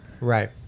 Right